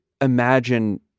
imagine